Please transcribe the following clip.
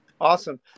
awesome